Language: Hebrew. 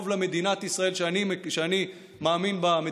זה טוב למדינת ישראל שאני מאמין בה,